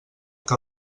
que